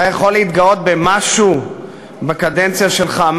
אתה יכול להתגאות במשהו בקדנציה שלך,